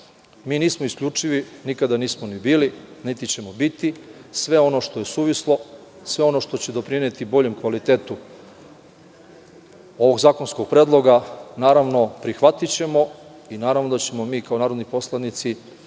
Mi nismo isključivi, nikada nismo ni bili, niti ćemo biti. Sve ono što je suvislo, sve ono što će doprineti boljem kvalitetu ovog zakonskog predloga prihvatićemo i naravno da ćemo mi kao narodni poslanici